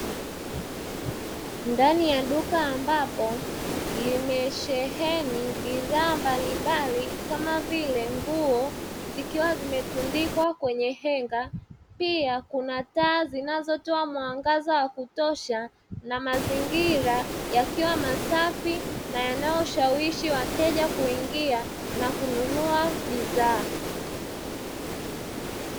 Ndani ya duka ambapo limesheheni bidhaa mbalimbali, kama vile nguo, zikiwa zimetundikwa kwenye henga. Pia kuna taa zinazotoa mwangaza wa kutosha na mazingira yakiwa masafi na yanayoshawishi wateja kuingia na kununua bidhaa.